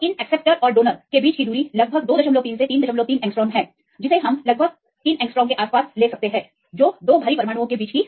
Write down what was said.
तो और इन एक्सेप्टर और डोनर दाता के बीच की दूरी लगभग 23 से 33 एंग्स्ट्रॉम है जो लगभग आप 3 एंगस्ट्रॉम डाल सकते हैं दो भारी परमाणुओं के बीच